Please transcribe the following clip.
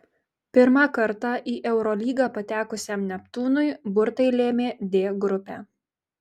pirmą kartą į eurolygą patekusiam neptūnui burtai lėmė d grupę